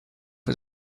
was